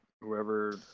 whoever